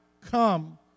come